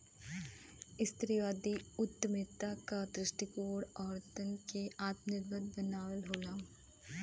स्त्रीवादी उद्यमिता क दृष्टिकोण औरतन के आत्मनिर्भर बनावल होला